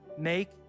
Make